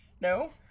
No